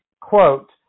quote